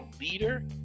leader